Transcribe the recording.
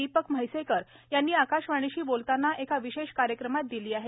दीपक म्हैसेकर यांनी आकाशवाणीशी बोलताना एका विशेष कार्यक्रमात दिली आहे